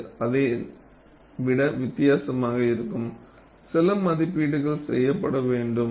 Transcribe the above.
இது அதை விட வித்தியாசமாக இருக்கும் சில மதிப்பீடுகள் செய்யப்பட வேண்டும்